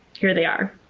here they are